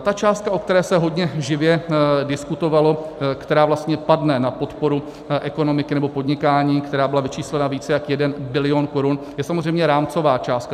Ta částka, o které se hodně živě diskutovalo, která vlastně padne na podporu ekonomiky nebo podnikání, která byla vyčíslena na více jak jeden bilion korun, je samozřejmě rámcová částka.